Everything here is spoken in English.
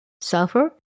sulfur